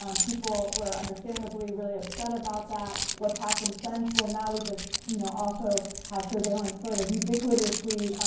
um people were understandably really upset about that. what's happened since? well, now we just you know also have surveillance sort of ubiquitously